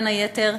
בין היתר,